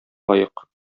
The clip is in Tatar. лаек